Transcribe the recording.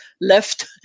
left